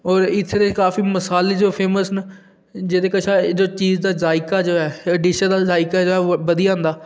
और इत्थै दे काफी जो मसाले जो फेमस न जेह्दे कशा जो चीज दा जायका जो ऐ डिश दा जायका ते ओह् बधी जंदा